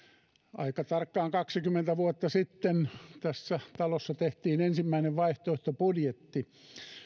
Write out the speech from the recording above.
aika tarkkaan kaksikymmentä vuotta sitten tässä talossa tehtiin ensimmäinen vaihtoehtobudjetti